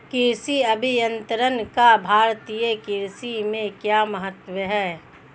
कृषि अभियंत्रण का भारतीय कृषि में क्या महत्व है?